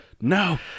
no